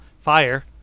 fire